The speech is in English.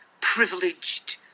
privileged